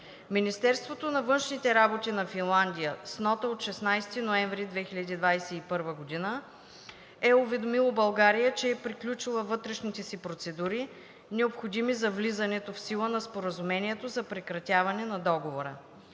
Министерството на външните работи на Финландия с нота от 16 ноември 2021 г. е уведомило България, че е приключила вътрешните си процедури, необходими за влизането в сила на Споразумението за прекратяване на Договора.